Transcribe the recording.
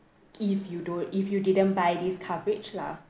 if you don't if you didn't buy this coverage lah